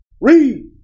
Read